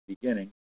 beginning